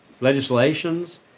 legislations